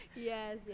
Yes